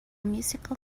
musical